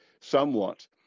somewhat